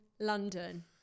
London